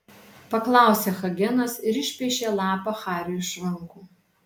paklausė hagenas ir išpešė lapą hariui iš rankų